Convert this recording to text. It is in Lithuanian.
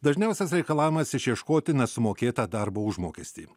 dažniausias reikalavimas išieškoti nesumokėtą darbo užmokestį